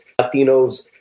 Latinos